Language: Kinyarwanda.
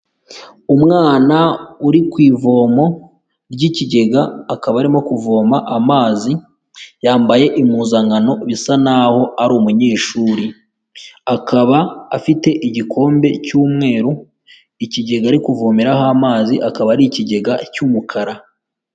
Umwana uri ku ivomo ry'ikigega akaba arimo kuvoma amazi, yambaye impuzankano bisa naho ari umunyeshuri, akaba afite igikombe cy'umweru ikigega ari kuvomeraho amazi, akaba ari ikigega cy'umukara.